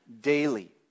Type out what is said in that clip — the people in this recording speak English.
daily